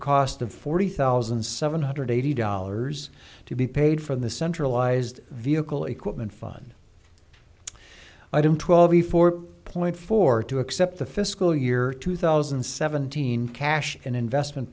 cost of forty thousand seven hundred eighty dollars to be paid from the centralized vehicle equipment fund i don't twelve a four point four to accept the fiscal year two thousand and seventeen cash and investment